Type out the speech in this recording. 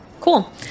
Cool